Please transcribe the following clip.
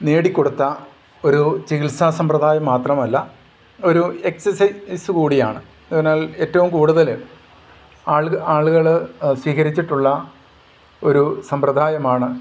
നേടിക്കൊടുത്ത ഒരു ചികിത്സാ സമ്പ്രദായം മാത്രമല്ല ഒരു എക്സസൈസ് കൂടിയാണ് അതിനാൽ എറ്റവും കൂടുതൽ ആളുകൾ സ്വീകരിച്ചിട്ടുള്ള ഒരു സമ്പ്രദായമാണ്